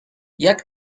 jak